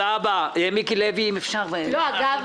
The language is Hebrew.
אגב,